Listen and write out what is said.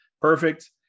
Perfect